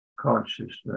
consciousness